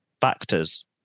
factors